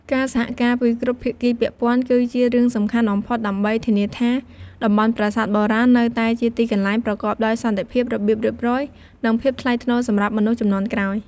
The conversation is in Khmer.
ការសហការពីគ្រប់ភាគីពាក់ព័ន្ធ គឺជារឿងសំខាន់បំផុតដើម្បីធានាថា តំបន់ប្រាសាទបុរាណនៅតែជាទីកន្លែងប្រកបដោយសន្តិភាព របៀបរៀបរយ និងភាពថ្លៃថ្នូរសម្រាប់មនុស្សជំនាន់ក្រោយ។